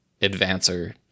advancer